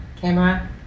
camera